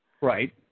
Right